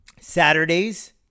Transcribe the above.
Saturdays